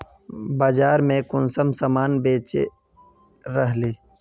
बाजार में कुंसम सामान बेच रहली?